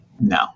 No